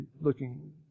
looking